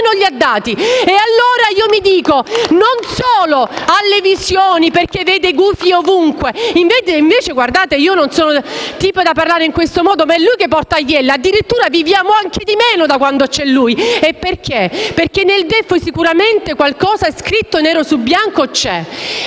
allora: non solo ha le visioni, perché vede gufi ovunque, ma invece - guardate, non sono tipa da parlare in questo modo - è lui che porta iella. Addirittura viviamo anche di meno da quando c'è lui. Nel DEF sicuramente qualcosa scritto nero su bianco c'è